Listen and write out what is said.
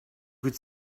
could